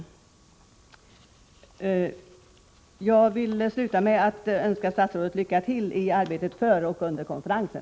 Jag vill sluta med att önska statsrådet lycka till i arbetet för och under konferensen.